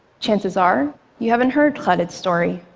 chances are you haven't heard khalid's story,